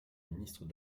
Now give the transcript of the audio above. ministre